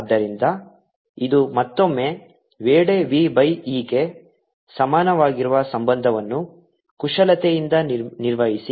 ಆದ್ದರಿಂದ ಇದು ಮತ್ತೊಮ್ಮೆ ವೇಳೆ v ಬೈ e ಗೆ ಸಮಾನವಾಗಿರುವ ಸಂಬಂಧವನ್ನು ಕುಶಲತೆಯಿಂದ ನಿರ್ವಹಿಸಿ